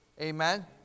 Amen